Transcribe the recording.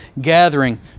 gathering